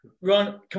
Ron